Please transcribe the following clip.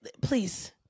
Please